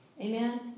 Amen